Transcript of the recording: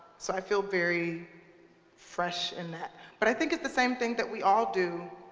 so i feel very fresh in that. but i think it's the same thing that we all do